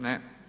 Ne.